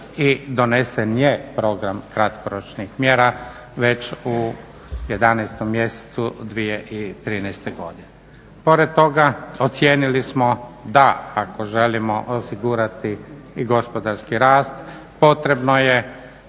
i donesen je program kratkoročnih mjera već u 11. mjesecu 2013. godine. Pored toga ocijenili smo da ako želimo osigurati i gospodarski rast potrebno je